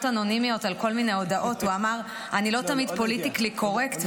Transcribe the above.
אנונימיות על כל מיני הודעות הוא אמר: אני לא תמיד פוליטיקלי קורקט,